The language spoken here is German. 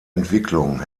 entwicklung